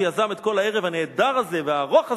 שיזם את כל הערב הנהדר הזה והארוך הזה,